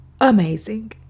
amazing